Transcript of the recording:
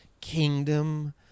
kingdom